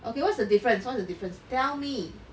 okay what's the difference what's the difference tell me